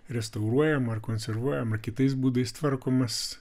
restauruojama ar konservuojama kitais būdais tvarkomas